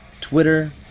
Twitter